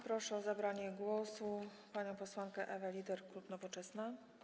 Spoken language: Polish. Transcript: Proszę o zabranie głosu panią posłankę Ewę Lieder, klub Nowoczesna.